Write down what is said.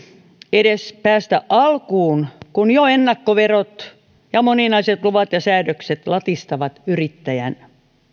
edes päästä alkuun kun jo ennakkoverot ja moninaiset luvat ja säädökset latistavat yrittäjän